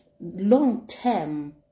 long-term